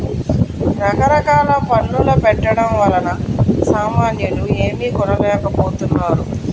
రకరకాల పన్నుల పెట్టడం వలన సామాన్యులు ఏమీ కొనలేకపోతున్నారు